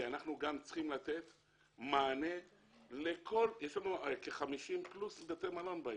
כי אנחנו גם צריכים לתת מענה לכל יש לנו כ-50 פלוס בתי מלון בעיר,